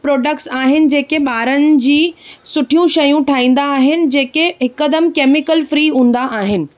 products आहिनि जेके ॿारनि जूं सुठियूं शयूं ठाहींदा आहिनि जेके हिकदमि कैमिकल फ्री हूंदा आहिनि